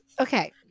Okay